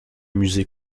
musée